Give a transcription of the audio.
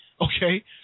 Okay